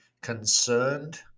concerned